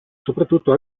soprattutto